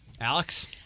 Alex